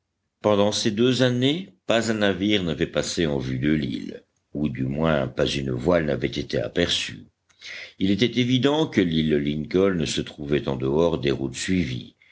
pendant ces deux années pas un navire n'avait passé en vue de l'île ou du moins pas une voile n'avait été aperçue il était évident que l'île lincoln se trouvait en dehors des routes suivies